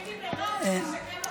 תגידי, תסכם אחרי זה.